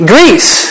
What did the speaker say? Greece